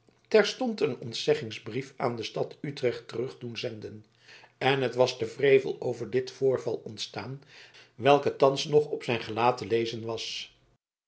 terstond een ontzeggingsbrief aan de stad utrecht terug doen zenden en het was de wrevel over dit voorval ontstaan welke thans nog op zijn gelaat te lezen was